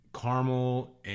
caramel